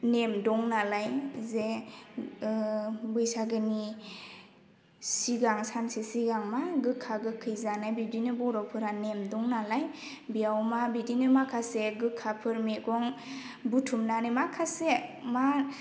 नेम दं नालाय जे बैसागोनि सिगां सानसे सिगां मा गोखा गोखै जानाय बिदिनो बर'फोरा नेम दं नालाय बेयाव मा बिदिनो माखासे गोखाफोर मैगं बुथुमनानै माखासे मा